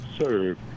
serve